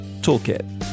toolkit